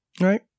Right